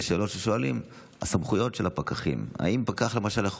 שאלות ששואלים על סמכויות של הפקחים: האם למשל פקח